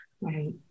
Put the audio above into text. Right